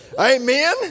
Amen